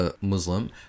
Muslim